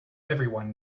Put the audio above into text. everyone